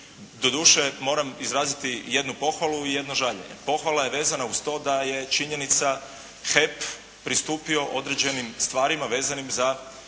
doduše moram izraziti jednu pohvalu i jedno žaljenje. Pohvala je vezana uz to da je činjenica HEP pristupio određenim stvarima vezanim za